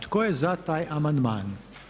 Tko je za taj amandman?